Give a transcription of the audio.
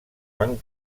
van